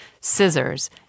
scissors